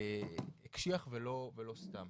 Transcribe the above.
הקשיח ולא סתם.